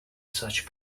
such